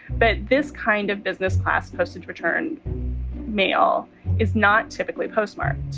but this kind of business class postage return mail is not typically postmarked,